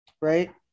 right